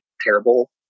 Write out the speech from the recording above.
terrible